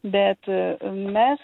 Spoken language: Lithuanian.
bet mes